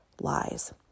lies